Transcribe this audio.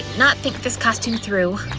not think this costume through.